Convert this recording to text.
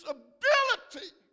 ability